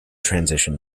transition